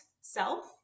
self